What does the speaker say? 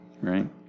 Right